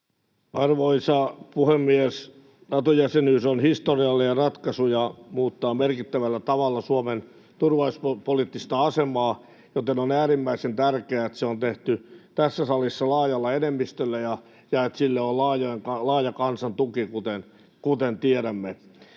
Arvoisa puhemies! Nato-jäsenyys on historiallinen ratkaisu ja muuttaa merkittävällä tavalla Suomen turvallisuuspoliittista asemaa, joten on äärimmäisen tärkeää, että se on tehty tässä salissa laajalla enemmistöllä ja että sille on laaja kansan tuki, kuten tiedämme.